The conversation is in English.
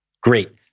Great